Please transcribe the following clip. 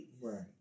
Right